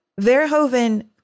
Verhoeven